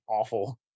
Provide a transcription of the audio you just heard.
awful